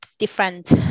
different